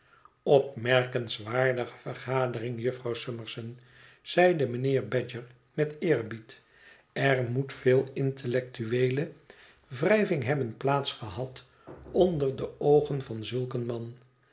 opmerkenswaardige vergadering jufvrouw summerson zeide mijnheer badger met eerbied er moet veel intellectueele wrijving hebben plaats gehad onder de oogen van zulk een man